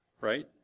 right